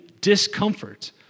discomfort